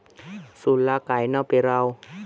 सोला कायनं पेराव?